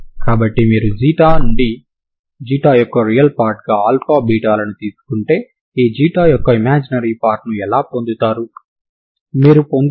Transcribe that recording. కాబట్టి దీనిని నేను స్ట్రింగ్ యొక్క స్దానభ్రంశం మరియు స్ట్రింగ్ యొక్క వెలాసిటీ పదాలలో అందంగా వ్రాయగలను సరేనా